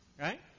Right